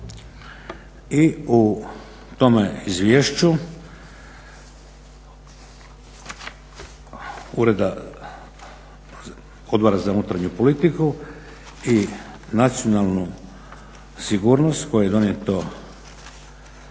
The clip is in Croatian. i u tome izvješću Odbora za unutarnju politiku i nacionalnu sigurnost koje je donijeto